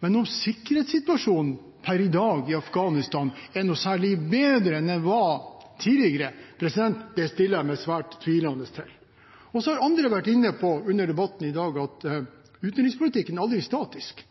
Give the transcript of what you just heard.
Men at sikkerhetssituasjonen i Afghanistan per i dag er noe særlig bedre enn den var tidligere, stiller jeg meg svært tvilende til. Andre har under debatten i dag vært inne på at utenrikspolitikken aldri er statisk.